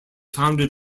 founded